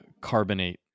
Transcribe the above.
carbonate